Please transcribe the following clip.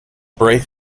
break